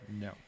No